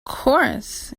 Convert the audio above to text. course